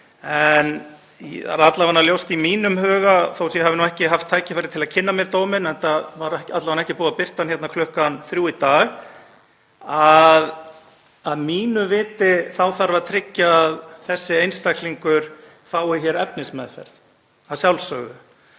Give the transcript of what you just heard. En það er alla vega ljóst í mínum huga, þótt ég hafi ekki haft tækifæri til að kynna mér dóminn, enda var a.m.k. ekki búið að birta hann klukkan þrjú í dag, að að mínu viti þarf að tryggja að þessi einstaklingur fái efnismeðferð, að sjálfsögðu,